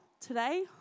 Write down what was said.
today